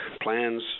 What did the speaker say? plans